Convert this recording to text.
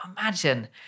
imagine